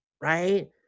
Right